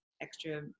extra